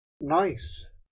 Nice